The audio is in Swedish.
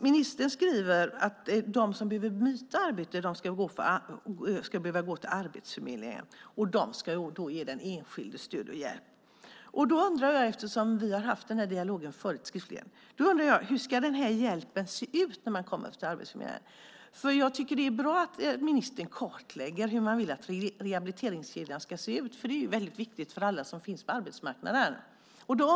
Ministern skriver att de som behöver byta arbete ska gå till Arbetsförmedlingen som ska ge den enskilde stöd och hjälp. Vi har ju haft den här dialogen skriftligen förut. Jag undrar hur den hjälp ska se ut som man får när man kommer till Arbetsförmedlingen. Det är bra att ministern kartlägger hur man vill att rehabiliteringskedjan ska se ut. Det är ju viktigt för alla som finns på arbetsmarknaden.